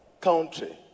country